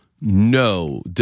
no